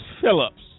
Phillips